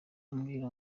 ambwira